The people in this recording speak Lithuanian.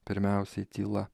pirmiausiai tyla